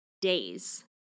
days